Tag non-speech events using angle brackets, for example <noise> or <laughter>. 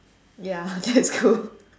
ya <laughs> that's good